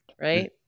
Right